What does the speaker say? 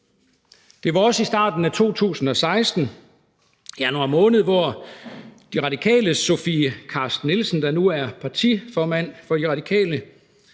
Det var også i starten af 2016, i januar måned, at De Radikales Sofie Carsten Nielsen, der nu er partiformand for De Radikale,